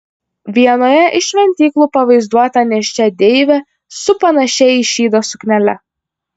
vienoje iš šventyklų pavaizduota nėščia deivė su panašia į šydą suknele